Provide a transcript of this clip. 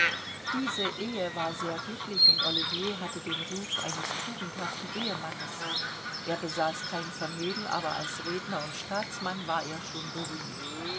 diese ehe war sehr glücklich und ollivier hatte den ruf eines tugendhaften ehemannes er besaß kein vermögen aber als redner und staatsmann war er schon berühmt